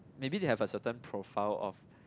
maybe they have a certain profile of